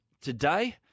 today